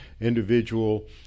individual